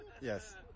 Yes